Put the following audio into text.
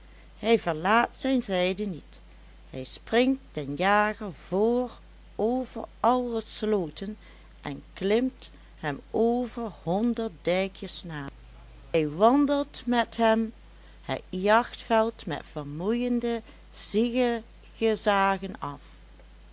hij verlaat zijn zijde niet hij springt den jager vr over alle slooten en klimt hem over honderd dijkjes na hij wandelt met hem het jachtveld met vermoeiende ziegezagen af